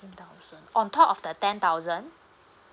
thousand on top of the ten thousand